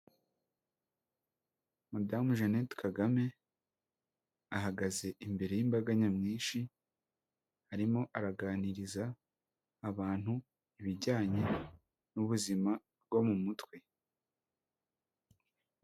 Madamu Jeannette Kagame, ahagaze imbere y'imbaga nyamwinshi, arimo araganiriza abantu ibijyanye n'ubuzima bwo mu mutwe.